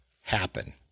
happen